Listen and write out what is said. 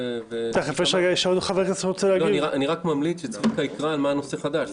אני ממליץ שצביקה יקרא על מה טענת הנושא החדש.